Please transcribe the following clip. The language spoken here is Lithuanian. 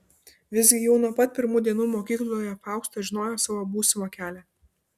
visgi jau nuo pat pirmų dienų mokykloje fausta žinojo savo būsimą kelią